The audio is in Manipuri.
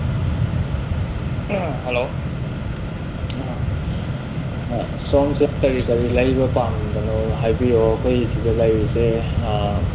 ꯍꯜꯂꯣ ꯁꯣꯝꯁꯦ ꯀꯔꯤ ꯀꯔꯤ ꯂꯩꯕ ꯄꯥꯝꯕꯅꯣ ꯍꯥꯏꯕꯤꯌꯣ ꯑꯩꯈꯣꯏ ꯁꯤꯗ ꯂꯩꯔꯤꯁꯦ